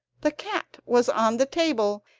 the cat was on the table,